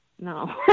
No